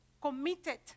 committed